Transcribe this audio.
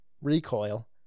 Recoil